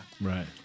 Right